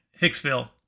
Hicksville